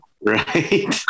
right